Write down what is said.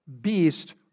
beast